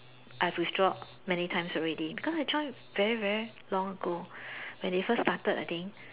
I've withdraw many times already because I joined very very long ago when they first started I think